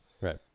right